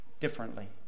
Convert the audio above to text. differently